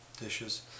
dishes